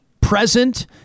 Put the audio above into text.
present